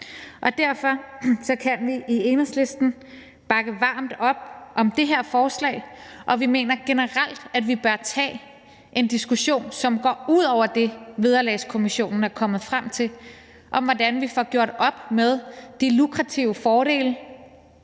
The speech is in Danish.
Derfor kan vi i Enhedslisten bakke varmt op om det her forslag, og vi mener generelt, at vi bør tage en diskussion, som går ud over det, Vederlagskommissionen er kommet frem til, om, hvordan vi får gjort op med de lukrative fordele,